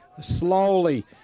slowly